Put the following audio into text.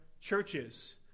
churches